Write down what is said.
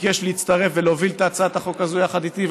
ביקש להצטרף ולהוביל את הצעת החוק הזאת יחד איתי.